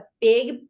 big